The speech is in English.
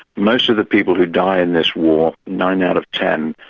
most of the people who die in this war, nine out of ten,